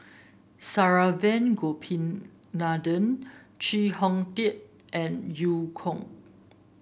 Saravanan Gopinathan Chee Hong Tat and Eu Kong